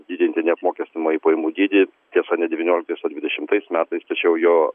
didinti neapmokestinamąjį pajamų dydį tiesa ne devynioliktais o dvidešimtais metais tačiau jo